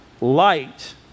light